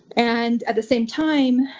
and at the same time,